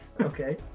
Okay